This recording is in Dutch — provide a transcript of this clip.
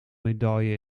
medaille